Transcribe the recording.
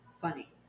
funny